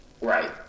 Right